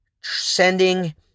sending